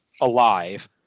alive